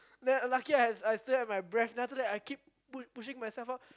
then lucky I sill have my breath then I keep pushing myself up